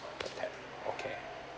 okay okay